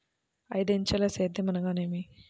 ఐదంచెల సేద్యం అనగా నేమి?